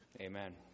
Amen